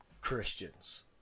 Christians